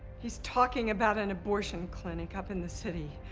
he's talking about an abortion clinic up in the city.